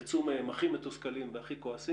גם היחס מצד הגופים המבוקרים הוא של הרבה כבוד ושיתוף פעולה.